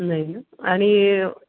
जाईल ना आणि